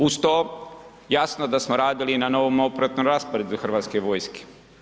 Uz to, jasno da smo radili na novom operativnom rasporedu hrvatske vojske.